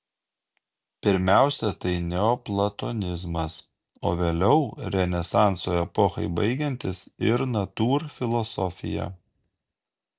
pirmiausia tai neoplatonizmas o vėliau renesanso epochai baigiantis ir natūrfilosofija